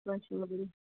वगैरे